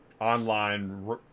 online